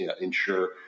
ensure